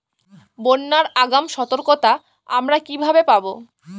বন্যার আগাম সতর্কতা আমরা কিভাবে পাবো?